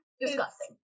Disgusting